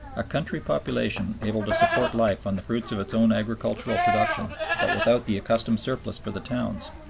a country population able to support life on the fruits of its own agricultural production but without the accustomed surplus for the towns,